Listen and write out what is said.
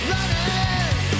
Running